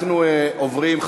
אנחנו עוברים,